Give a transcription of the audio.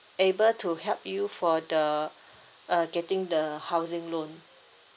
able to help you for the uh getting the housing loan